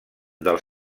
del